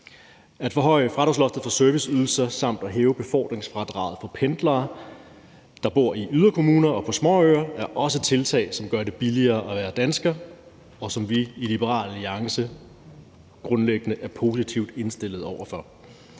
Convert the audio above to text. At forhøje fradragsloftet for serviceydelser samt at hæve befordringsfradraget for pendlere, der bor i yderkommuner og på småøer, er også tiltag, som gør det billigere at være dansker, og som vi i Liberal Alliance grundlæggende er positivt indstillede over for.